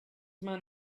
man